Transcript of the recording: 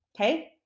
Okay